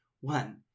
One